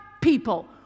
people